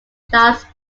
charles